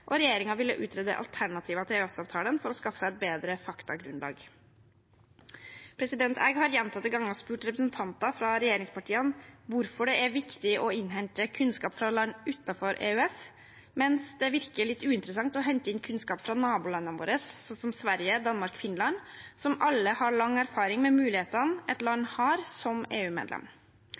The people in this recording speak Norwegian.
og regjeringen ville utrede alternativer til EØS-avtalen for å skaffe seg et bedre faktagrunnlag. Jeg har gjentatte ganger spurt representanter fra regjeringspartiene hvorfor det er viktig å innhente kunnskap fra land utenfor EØS, mens det virker litt uinteressant å hente inn kunnskap fra nabolandene våre, som Sverige, Danmark og Finland, som alle har lang erfaring med mulighetene et land har som